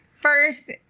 First